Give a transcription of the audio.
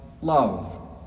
love